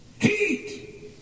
Heat